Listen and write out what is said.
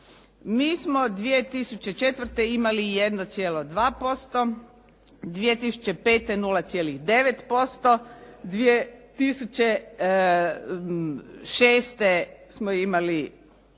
Mi smo 2004. imali 1,2%, 2005. 0,9%, 2006. smo imali,